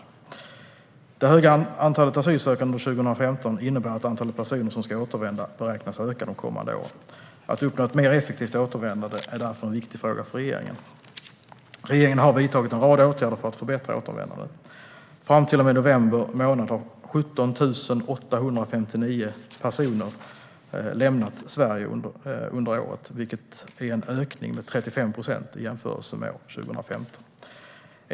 Det höga antalet asylsökande under 2015 innebär att antalet personer som ska återvända beräknas öka de kommande åren. Att uppnå ett mer effektivt återvändande är därför en viktig fråga för regeringen. Regeringen har vidtagit en rad åtgärder för att förbättra återvändandet. Fram till och med november månad har 17 859 personer lämnat Sverige under året, vilket är en ökning med 35 procent i jämförelse med år 2015.